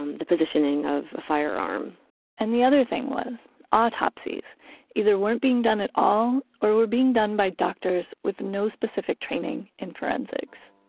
um the positioning of a firearm and the other thing was autopsies either weren't being done at all or were being done by doctors with no specific training in forensics